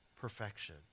perfection